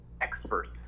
experts